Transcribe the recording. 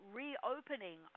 reopening